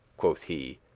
quoth he,